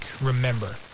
remember